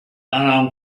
alarm